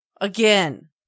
again